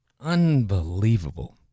Unbelievable